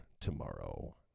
tomorrow